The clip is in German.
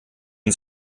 uns